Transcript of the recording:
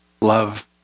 Love